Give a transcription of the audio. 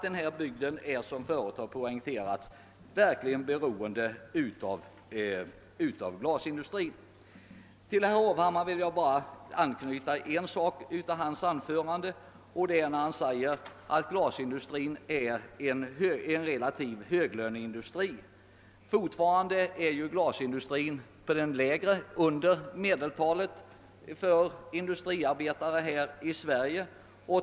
Denna bygd är, som förut har poängterats, verkligen beroende av glasindustrin. Herr Hovhammar sade på en punkt i sitt anförande att glasindustrin är en industri med relativt höga löner. Fortfarande ligger dock dess löner under medeltalet för industriarbetare här i Sverige.